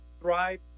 thrive